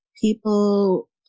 people